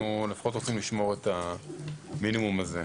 אנחנו רוצים לשמור את המינימום הזה.